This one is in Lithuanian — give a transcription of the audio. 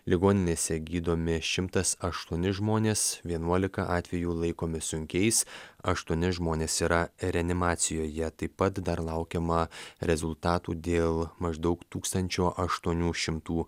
ligoninėse gydomi šimtas aštuoni žmonės vienuolika atvejų laikomi sunkiais aštuoni žmonės yra reanimacijoje taip pat dar laukiama rezultatų dėl maždaug tūkstančio aštuonių šimtų